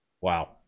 wow